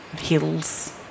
hills